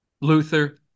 Luther